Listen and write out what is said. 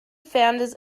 founders